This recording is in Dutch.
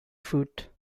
voet